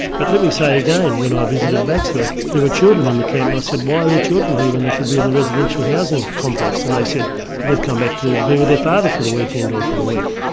but let me say again, when i visited baxter there were children in the camp, and i said, why are there children here when they could be in the residential housing complex? and they said they've come back to be with their father for the weekend, or for the week.